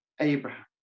Abraham